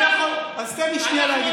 אז תן לי שנייה להגיד,